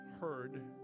heard